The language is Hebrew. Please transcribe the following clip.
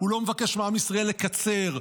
הוא לא מבקש מעם ישראל לקצר,